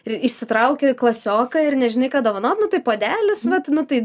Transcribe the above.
ir išsitrauki klasioką ir nežinai ką dovanot nu tai puodelis vat nu tai